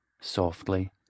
Softly